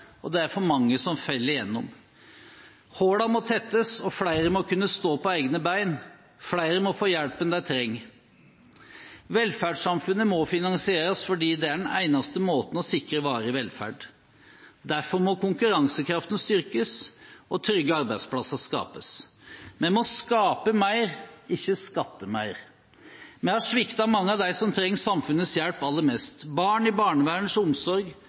og det er for mange som faller gjennom. Hullene må tettes, og flere må kunne stå på egne ben. Flere må få den hjelpen de trenger. Velferdssamfunnet må finansieres fordi det er den eneste måten å sikre varig velferd på. Derfor må konkurransekraften styrkes og trygge arbeidsplasser skapes. Vi må skape mer, ikke skatte mer. Vi har sviktet mange av dem som trenger samfunnets hjelp aller mest: Barn i barnevernets omsorg,